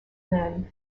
laine